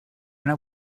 una